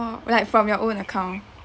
oh like from your own account